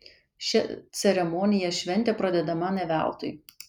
šia ceremonija šventė pradedama ne veltui